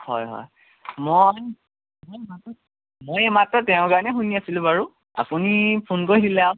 হয় হয় মই মই এইমাত্ৰ তেওঁৰ গানে শুনি আছিলোঁ বাৰু আপুনি ফোন কৰি দিলে আৰু